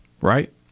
right